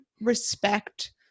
respect